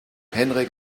henrik